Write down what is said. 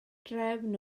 drefn